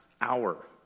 hour